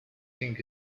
think